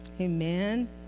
Amen